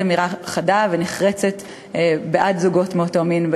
אמירה חדה ונחרצת בעד זוגות מאותו מין,